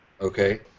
Okay